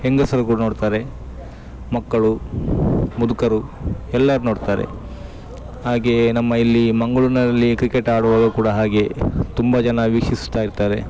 ಹೆಂಗಸರು ಕೂಡ ನೋಡ್ತಾರೆ ಮಕ್ಕಳು ಮುದುಕರು ಎಲ್ಲಾರು ನೋಡ್ತಾರೆ ಹಾಗೇ ನಮ್ಮ ಇಲ್ಲಿ ಮಂಗಳೂರಿನಲ್ಲಿ ಕ್ರಿಕೆಟ್ ಆಡುವವರು ಕೂಡ ಹಾಗೆ ತುಂಬ ಜನ ವೀಕ್ಷಿಸ್ತಾ ಇರ್ತಾರೆ